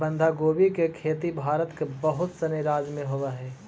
बंधगोभी के खेती भारत के बहुत सनी राज्य में होवऽ हइ